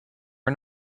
are